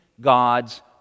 God's